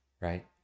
right